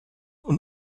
und